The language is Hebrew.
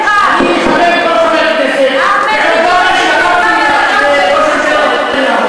כשהזכרתי לך, אמרתי לך: